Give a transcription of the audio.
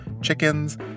chickens